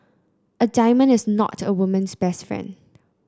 a diamond is not a woman's best friend